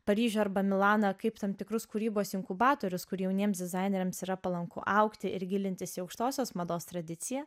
paryžių arba milaną kaip tam tikrus kūrybos inkubatorius kur jauniems dizaineriams yra palanku augti ir gilintis į aukštosios mados tradiciją